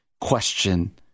question